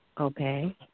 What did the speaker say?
Okay